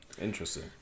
interesting